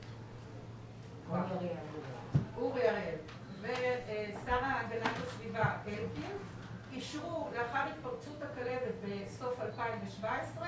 אורי אריאל ושר הגנת הסביבה אלקין אישרו לאחר התפרצות הכלבת בסוף 2017,